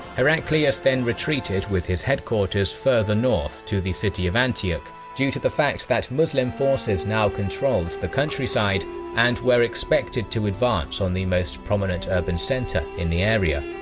heraclius then retreated with his headquarters further north, to the city of antioch, due to the fact that muslim forces now controlled the countryside and were expected to advance on the most prominent urban centre in the area.